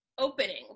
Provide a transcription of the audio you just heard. opening